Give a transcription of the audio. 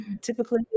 typically